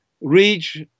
reach